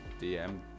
DM